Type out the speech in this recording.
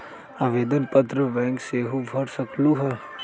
आवेदन पत्र बैंक सेहु भर सकलु ह?